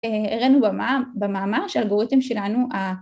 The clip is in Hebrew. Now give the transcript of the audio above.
‫הראינו במאמר ‫של אלגוריתם שלנו ה...